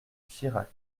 chirac